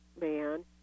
man